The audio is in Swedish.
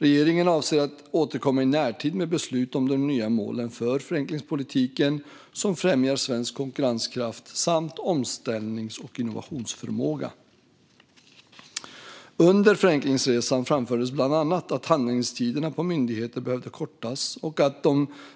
Regeringen avser att återkomma i närtid med beslut om de nya målen för förenklingspolitiken, som främjar svensk konkurrenskraft samt omställnings och innovationsförmåga. Under Förenklingsresan framfördes bland annat att handläggningstiderna på myndigheter behöver kortas och